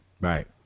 Right